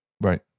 Right